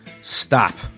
Stop